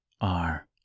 are